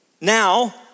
Now